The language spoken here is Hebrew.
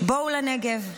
בואו לנגב.